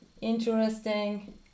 interesting